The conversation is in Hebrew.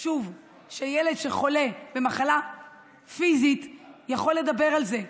של ילד שחולה במחלה פיזית יכול לדבר על זה,